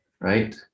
right